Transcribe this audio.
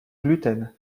gluten